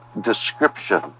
description